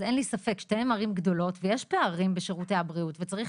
אז אין לי ספק ששתיהן ערים גדולות ויש פערים בבריאות וצריך